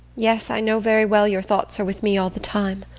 yes i know very well your thoughts are with me all the time.